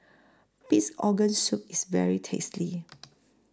Pig'S Organ Soup IS very tasty